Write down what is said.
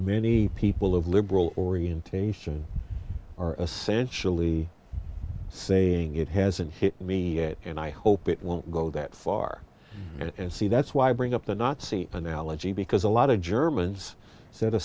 many people of liberal orientation are essentially saying it hasn't hit me yet and i hope it won't go that far and see that's why i bring up the nazi analogy because a lot of germans s